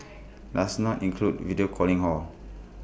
does not include video calling hor